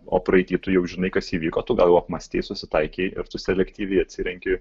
o praeity jau žinai kas įvyko tu gal jau apmąstei susitaikei ir tu selektyviai atsirenki